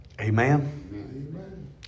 Amen